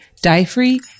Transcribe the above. dye-free